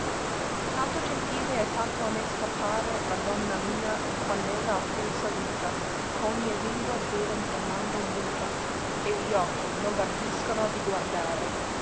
tanto gentile e tanto onesta pare la donna mia quand'ella altrui saluta ch'ogne lingua deven tremando muta e li occhi no l'ardiscon di guardare